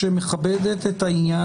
רוצה ללכת עם הילדים שלו ללונה פארק,